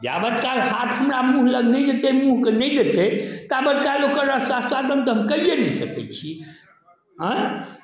जाबत काल हाथ हमरा मुँह लग नहि हेतै मुँहके नहि हेतै ताबत काल ओकर आस्वादन तऽ अहाँ कैए नहि सकै छी आयँ